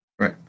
Right